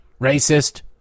Racist